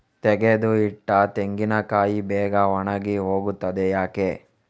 ತೆಗೆದು ಇಟ್ಟ ತೆಂಗಿನಕಾಯಿ ಬೇಗ ಒಣಗಿ ಹೋಗುತ್ತದೆ ಯಾಕೆ?